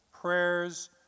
prayers